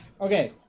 Okay